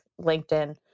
LinkedIn